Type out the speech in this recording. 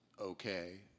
okay